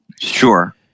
Sure